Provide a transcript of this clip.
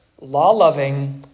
law-loving